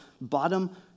bottom